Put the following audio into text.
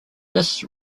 this